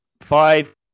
five